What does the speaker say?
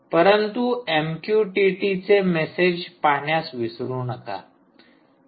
परंतु एमक्यूटीटीचे मेसेज पाहण्यास विसरू नका